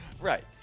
Right